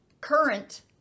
current